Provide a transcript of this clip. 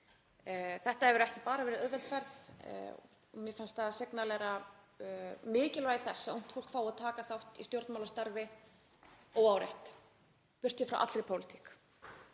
Þetta hefur ekki verið auðveld ferð og mér fannst það signalera mikilvægi þess að ungt fólk fái að taka þátt í stjórnmálastarfi óáreitt burt séð frá allri pólitík.